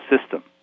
system